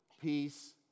peace